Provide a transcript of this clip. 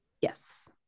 yes